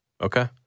Okay